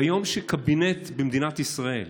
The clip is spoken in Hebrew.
ביום שקבינט במדינת ישראל,